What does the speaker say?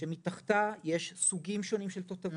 שמתחתיה יש סוגי תותבות שונים,